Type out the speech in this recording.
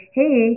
hey